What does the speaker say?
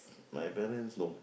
my parents no